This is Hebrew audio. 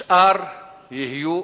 השאר יהיו